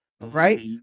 Right